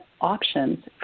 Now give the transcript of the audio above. options